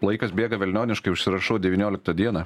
laikas bėga velnioniškai užsirašau devynioliktą dieną